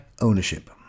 ownership